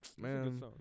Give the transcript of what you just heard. man